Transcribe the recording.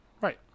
Right